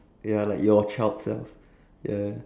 ya like your child self ya